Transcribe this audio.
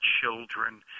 children